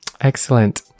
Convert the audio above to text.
excellent